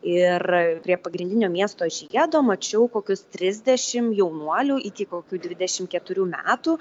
ir prie pagrindinio miesto žigedo mačiau kokius trisdešim jaunuolių iki kokių dvidešim keturių metų